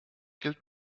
gilt